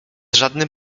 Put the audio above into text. żadnym